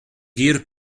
gur